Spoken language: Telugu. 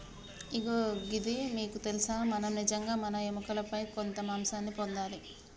ఇగో గిది మీకు తెలుసా మనం నిజంగా మన ఎముకలపై కొంత మాంసాన్ని పొందాలి